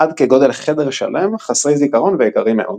עד כגודל חדר שלם, חסרי זיכרון ויקרים מאוד.